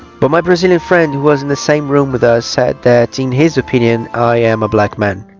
but my brazilian friend who was in the same room with us said that in his opinion i am a black man